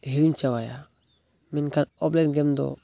ᱦᱤᱲᱤᱧ ᱪᱟᱵᱟᱭᱟ ᱢᱮᱱᱠᱷᱟᱱ ᱚᱯᱷ ᱞᱟᱭᱤᱱ ᱜᱮᱢᱫᱚ